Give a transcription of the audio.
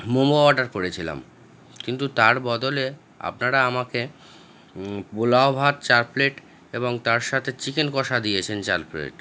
momo order করেছিলাম কিন্তু তার বদলে আপনারা আমাকে পোলাও ভাত চার প্লেট এবং তার সাথে চিকেন কষা দিয়েছেন চার প্লেট